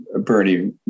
Bernie